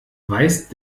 weist